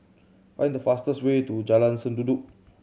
find the fastest way to Jalan Sendudok